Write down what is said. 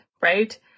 right